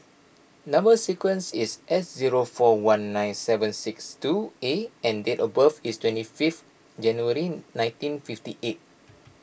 Number Sequence is S zero four one nine seven six two A and date of birth is twenty fifth January nineteen fifty eight